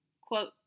Quote